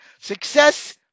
success